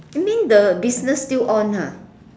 you mean the business still on ha